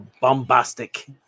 Bombastic